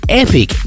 epic